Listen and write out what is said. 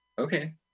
Okay